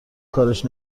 کارش